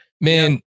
Man